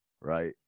right